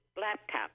laptop